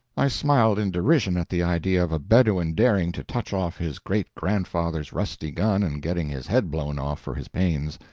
i smiled in derision at the idea of a bedouin daring to touch off his great-grandfather's rusty gun and getting his head blown off for his pains.